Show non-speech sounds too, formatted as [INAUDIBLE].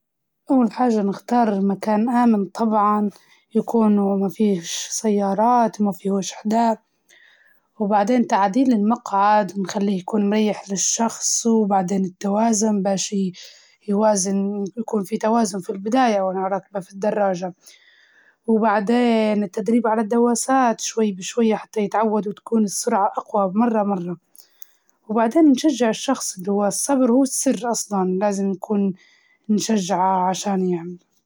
أول شي نخلي الشخص يلبس [HESITATION] طاقية، ويلبس ملابس مريحة، بعدين يخلي الشخص [HESITATION] يركب عالدراجة ويثبت يديه على المقود، وخليهم يرفعوا كراعينهم على الدواسات، بعدين تبدأ تعطيهم دفعة خفيفة علشان يبدأوا يتحركوا، وخليهم يركزوا على التوازن ، وإستخدام الفرامل بحذر علشان ما يطيحوا، تدريجيا راح يبدأ الشخص يكتسب التوازن ويمشي.